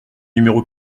numéro